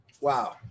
wow